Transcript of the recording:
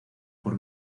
por